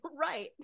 Right